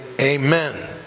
Amen